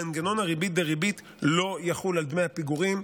מנגנון הריבית-דריבית לא יחול על דמי הפיגורים.